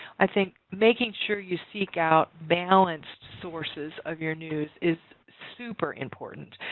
i think making sure you seek out balanced sources of your news is super important.